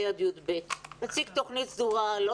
כיתות ה' עד י"ב ונציג תוכנית סדורה ולא